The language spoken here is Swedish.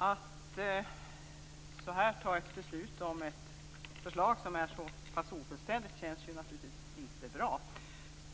Herr talman! Att ta ett beslut om ett förslag som är så ofullständigt känns naturligtvis inte bra.